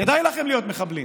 כדאי לכם להיות מחבלים.